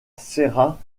serra